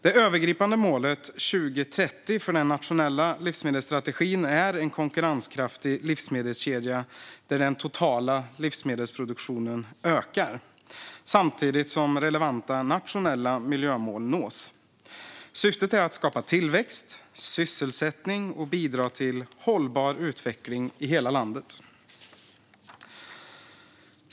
Det övergripande målet till 2030 för den nationella livsmedelsstrategin är att ha en konkurrenskraftig livsmedelskedja där den totala livsmedelsproduktionen ökar samtidigt som relevanta nationella miljömål nås. Syftet är att skapa tillväxt och sysselsättning och bidra till hållbar utveckling i hela landet.